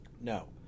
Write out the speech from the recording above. No